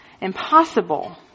impossible